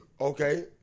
Okay